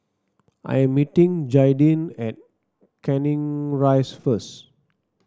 I am meeting Jaydin at Canning Rise first